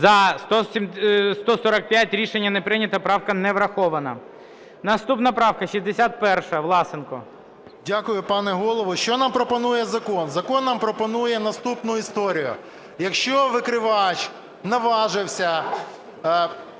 За-145 Рішення не прийнято. Правка не врахована. Наступна правка 61-а, Власенко. 11:57:20 ВЛАСЕНКО С.В. Дякую, пане Голово. Що нам пропонує закон? Закон нам пропонує наступну історію. Якщо викривач наважився,